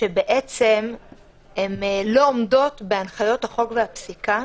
שבעצם הן לא עומדות בהנחיות החוק והפסיקה,